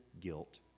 guilt